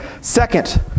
Second